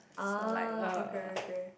ah okay okay